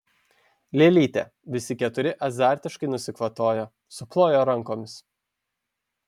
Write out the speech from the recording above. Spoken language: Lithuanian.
lėlytė visi keturi azartiškai nusikvatojo suplojo rankomis